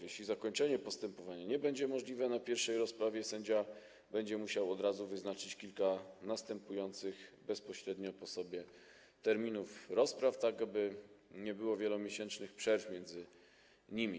Jeśli zakończenie postępowania nie będzie możliwe na pierwszej rozprawie, sędzia będzie musiał od razu wyznaczyć kilka następujących bezpośrednio po sobie terminów rozpraw, tak aby nie było wielomiesięcznych przerw między nimi.